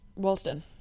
Walston